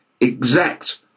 exact